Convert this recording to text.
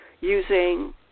using